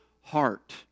heart